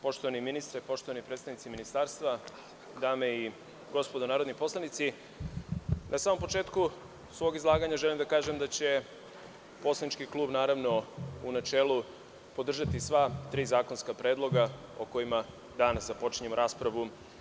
Poštovani ministre, poštovani predstavnici ministarstva, dame i gospodo narodni poslanici, na samom početku svog izlaganja želim da kažem da će poslanički klub, naravno, u načelu podržati sva tri zakonska predloga o kojima danas započinjemo raspravu.